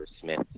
Smith